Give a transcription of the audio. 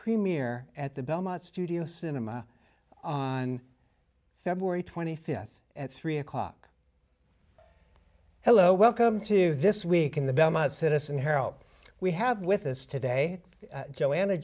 premier at the belmont studio cinema february twenty fifth at three o'clock hello welcome to this week in the belmont citizen harold we have with us today joanna